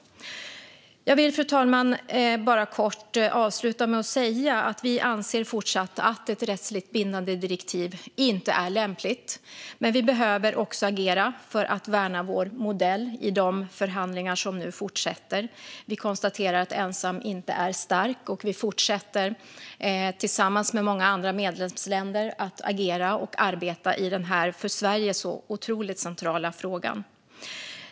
Fru talman! Jag vill bara kort avsluta med att säga att vi fortsatt anser att ett rättsligt bindande direktiv inte är lämpligt, men vi behöver också agera för att värna vår modell i de förhandlingar som nu fortsätter. Vi konstaterar att ensam inte är stark och fortsätter tillsammans med många andra medlemsländer att agera och arbeta i den här för Sverige otroligt centrala frågan.